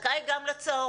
זכאי גם לצהרון.